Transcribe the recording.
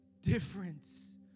difference